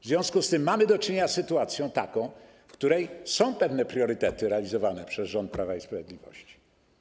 W związku z tym mamy do czynienia z sytuacją, w której są pewne priorytety realizowane przez rząd Prawa i Sprawiedliwości.